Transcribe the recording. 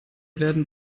werden